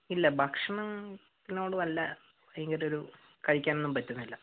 ഇല്ല ഭക്ഷണത്തിനോട് വല്ല ഭയങ്കരം ഒരു കഴിക്കാനൊന്നും പറ്റുന്നില്ല